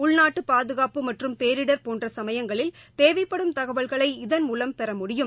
உள்நாட்டு பாதுகாப்பு மற்றும் பேரிடர் போன்ற சமயங்களில் தேவைப்படும் தகவல்களை இதன்மூலம் பெறமுடியும்